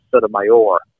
Sotomayor